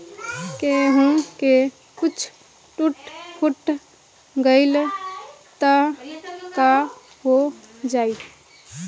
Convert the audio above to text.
केहू के कुछ टूट फुट गईल त काहो जाई